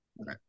Okay